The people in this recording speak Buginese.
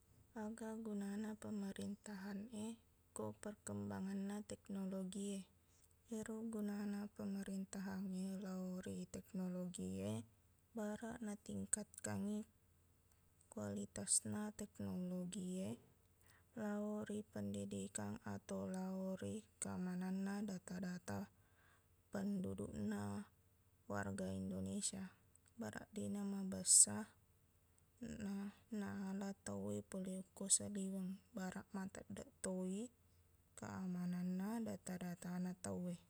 Aga gunana pemerintahan e ko perkembanganna teknologi e ero gunana pemerintahannge lao ri teknologi e baraq natingkatkangngi kualitasna teknologi e lao ri pendidikan ato lao ri keamananna data-data pendudukna warga indonesia baraq deqna mabessa na- naala tauwe pole okko saliweng baraq mateddeqtoi keamananna data-datana tauwe